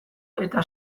eta